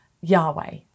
Yahweh